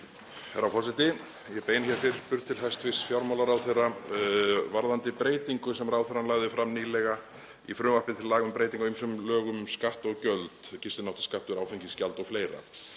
Herra forseti. Ég beini hér fyrirspurn til hæstv. fjármálaráðherra varðandi breytingu sem ráðherrann lagði fram nýlega í frumvarpi til laga um breytingu á ýmsum lögum um skatta og gjöld, gistináttaskatt, áfengisgjald og fleira.